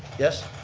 yes?